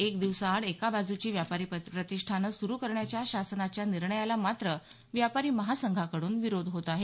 एक दिवसाआड एका बाजूची व्यापारी प्रतिष्ठानं सुरु करण्याच्या शासनाच्या निर्णयाला मात्र व्यापारी महासंघाकडून विरोध होत आहे